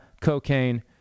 cocaine